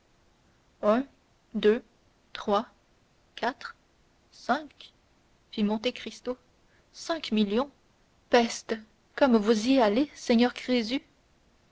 fit monte cristo cinq millions peste comme vous y allez seigneur crésus